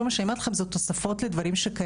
כל מה שאני אומרת לכם זה תוספות לדברים שקיימים.